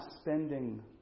spending